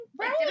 Right